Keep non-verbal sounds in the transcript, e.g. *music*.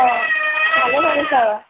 অ' *unintelligible*